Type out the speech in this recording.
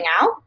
out